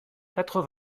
quatre